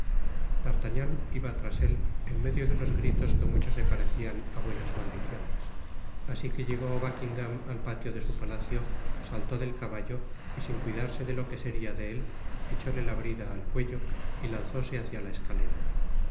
d'artagnan iba tras él en medio de unos gritos que mucho se parecían á buenas maldiciones asi que llegó buckingam al patio de su palacio saltó del caballo y sin cuidarse de lo que seria de él echóle la brida al cuello y lanzóse hácia la escalera